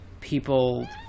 people